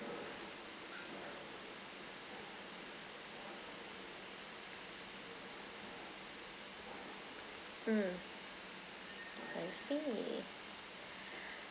mm I see